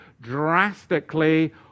drastically